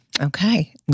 Okay